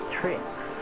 tricks